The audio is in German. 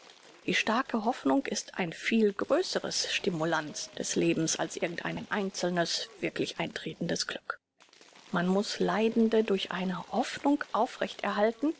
die starke hoffnung ist ein viel größeres stimulans des lebens als irgend ein einzelnes wirklich eintretendes glück man muß leidende durch eine hoffnung aufrecht erhalten